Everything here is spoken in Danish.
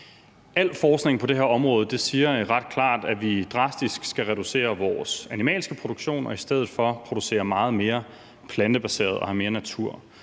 Al forskning på det her område viser ret klart, at vi drastisk skal reducere vores animalske produktion og i stedet for producere meget mere plantebaseret og have mere natur.